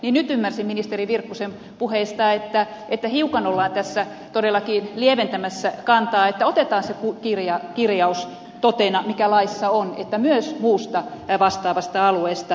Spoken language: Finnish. niin nyt ymmärsin ministeri virkkusen puheista että hiukan ollaan tässä todellakin lieventämässä kantaa että otetaan se kirjaus totena mikä laissa on että myös muusta vastaavasta alueesta